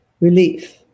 relief